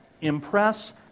impress